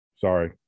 sorry